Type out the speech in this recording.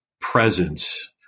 presence